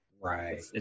Right